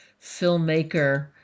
filmmaker